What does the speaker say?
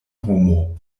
homo